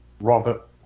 Robert